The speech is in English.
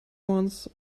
once